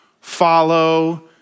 follow